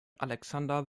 alexander